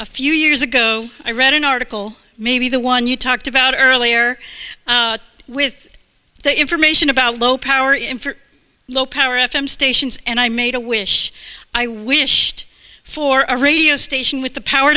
a few years ago i read an article maybe the one you talked about earlier with the information about a low power in for low power f m stations and i made a wish i wish for a radio station with the power